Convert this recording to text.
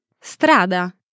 Strada